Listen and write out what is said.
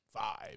five